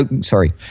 sorry